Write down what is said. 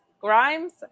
Grimes